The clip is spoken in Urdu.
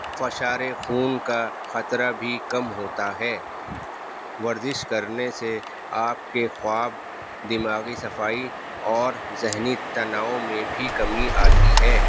فشارِ خون کا خطرہ بھی کم ہوتا ہے ورزش کرنے سے آپ کے خواب دماغی صفائی اور ذہنی تناؤ میں بھی کمی آتی ہے